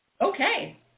okay